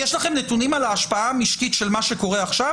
יש לכם נתונים על ההשפעה המשקית של מה שקורה עכשיו?